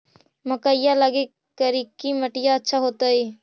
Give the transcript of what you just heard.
मकईया लगी करिकी मिट्टियां अच्छा होतई